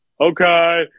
Okay